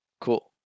Cool